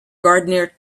gardener